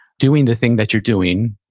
doing the thing that you're doing,